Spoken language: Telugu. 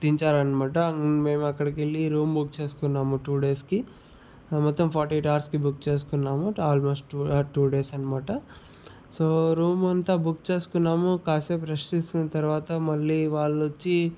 దించారనమాట మేము అక్కడికెళ్ళి రూమ్ బుక్ చేసుకున్నాము టూ డేస్కి మొత్తం ఫార్టీ ఎయిట్ అవర్స్ కి బుక్ చేసుకున్నాము ఆల్మోస్ట్ టూ డేస్ అనమాట సో రూమ్ అంతా బుక్ చేసుకున్నాము కాసేపు రెస్ట్ తీసుకున్న తర్వాత మళ్లీ వాళ్ళు వచ్చి